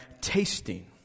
tasting